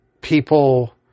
people